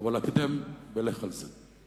אבל הקדם ולך על זה.